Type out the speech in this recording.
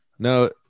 No